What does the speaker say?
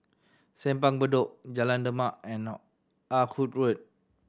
Simpang Bedok Jalan Demak and Ah Hood Road